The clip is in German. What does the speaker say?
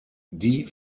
die